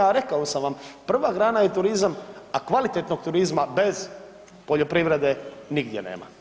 A rekao sam vam prva grana je turizam, a kvalitetnog turizma bez poljoprivrede nigdje nema.